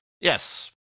Yes